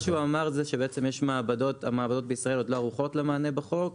הוא אמר שהמעבדות בישראל עוד לא ערוכות למענה בחוק,